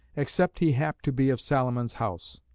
except he hap to be of salomon's house.